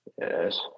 Yes